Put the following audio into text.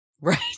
right